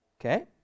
Okay